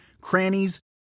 crannies